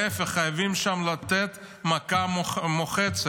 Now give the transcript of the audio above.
להפך, חייבים שם לתת מכה מוחצת,